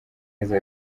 amezi